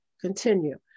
continue